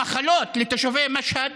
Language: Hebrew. המחלות, לתושבי משהד,